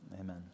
amen